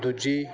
ਦੂਜੀ